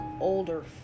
older